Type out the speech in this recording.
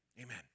Amen